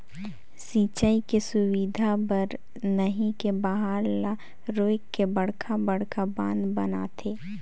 सिंचई सुबिधा बर नही के बहाल ल रोयक के बड़खा बड़खा बांध बनाथे